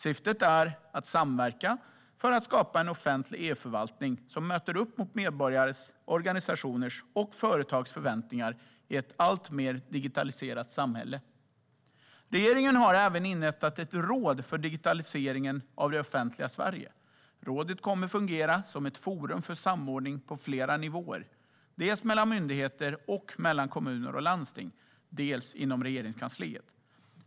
Syftet är att samverka för att skapa en offentlig e-förvaltning som möter upp mot medborgares, organisationers och företags förväntningar i ett alltmer digitaliserat samhälle. Regeringen har även inrättat ett råd för digitaliseringen av det offentliga Sverige. Rådet kommer att fungera som ett forum för samordning på flera nivåer, mellan myndigheter, mellan kommuner och landsting och inom Regeringskansliet.